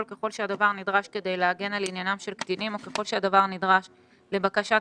ככל שהדבר נדרש כדי להגן על עניינם של קטינים או ככל שהדבר נדרש לבקשת